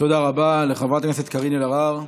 תודה רבה לחברת הכנסת קארין אלהרר.